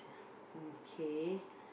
okay